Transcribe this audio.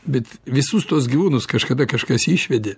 bet visus tuos gyvūnus kažkada kažkas išvedė